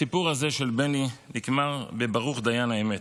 הסיפור הזה של בני נגמר בברוך דיין האמת,